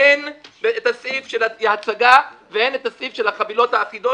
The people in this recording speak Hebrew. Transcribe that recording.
הן את הסעיף של ההצגה והן את הסעיף של החבילות האחידות.